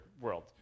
world